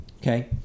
okay